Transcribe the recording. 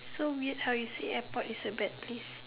so weird how you say airport is a bad place